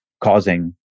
causing